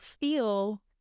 feel